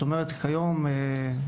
כיום,